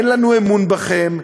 אין לנו אמון בכם,